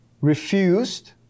refused